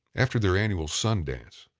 after their annual sun dance,